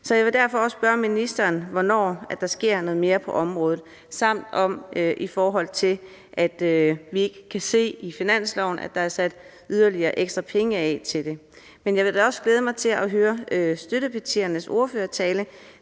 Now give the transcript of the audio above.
Så jeg vil derfor også spørge ministeren, hvornår der sker noget mere på området, samt om, hvorfor vi ikke kan se, at der er sat yderligere ekstra penge af til det i finansloven. Men jeg vil da også glæde mig til at høre støttepartiernes ordførertaler,